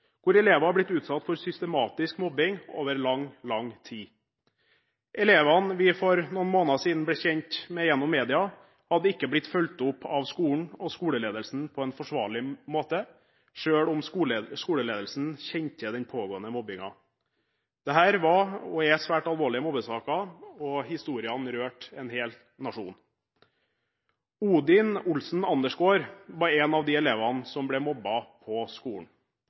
hvor elever har blitt utsatt for systematisk mobbing over lang, lang tid. Elevene vi for noen måneder siden ble kjent med gjennom media, hadde ikke blitt fulgt opp av skolen og skoleledelsen på en forsvarlig måte, selv om skoleledelsen kjente til den pågående mobbingen. Dette var – og er – svært alvorlige mobbesaker, og historiene rørte en hel nasjon. Odin Olsen Andersgård var en av de elevene som ble mobbet på skolen.